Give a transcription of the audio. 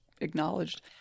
acknowledged